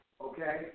Okay